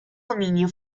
dominio